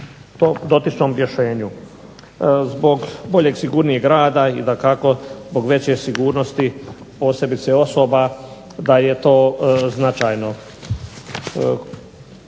Zbog boljeg sigurnijeg rada i zbog veće sigurnosti posebice osobe da je to značajno.